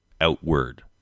outward